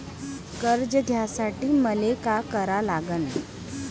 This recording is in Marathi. कर्ज घ्यासाठी मले का करा लागन?